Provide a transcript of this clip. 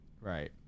Right